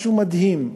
משהו מדהים,